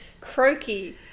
croaky